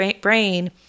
brain